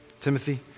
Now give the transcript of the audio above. timothy